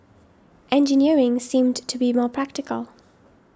engineering seemed to be more practical